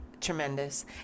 Tremendous